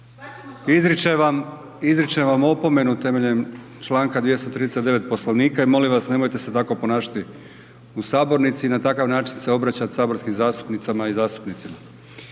izričem vam opomenu temeljem članka 239. Poslovnika i molim vas nemojte se tako ponašati u sabornici i na takav način se obraćati saborskim zastupnicama i zastupnicima.